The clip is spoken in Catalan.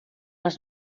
les